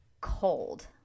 cold